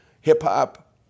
Hip-hop